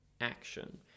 action